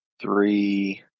three